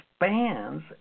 expands